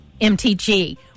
mtg